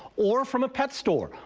or from a pet store.